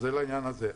זה לעניין הזה.